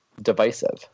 divisive